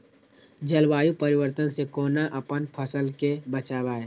जलवायु परिवर्तन से कोना अपन फसल कै बचायब?